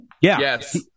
Yes